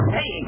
Hey